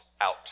out